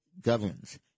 governs